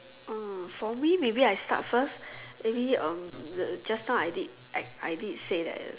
hmm for me maybe I start first maybe um just now I did I did say that